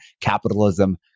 capitalism